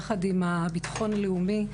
יחד עם הביטחון הלאומי,